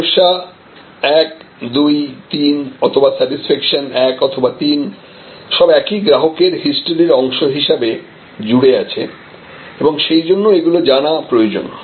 সমস্যা 1 2 3 অথবা স্যাটিসফ্যাকশন 1 অথবা 3 সব একই গ্রাহকের হিস্টরির অংশ হিসেবে জুড়ে আছে এবং সেই জন্য এইগুলি জানা প্রয়োজন